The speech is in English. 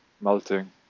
melting